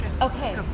Okay